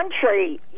country